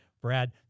Brad